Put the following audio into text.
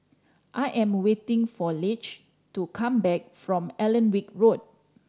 I am waiting for Leigh to come back from Alnwick Road